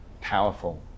powerful